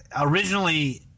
originally